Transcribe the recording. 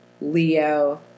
Leo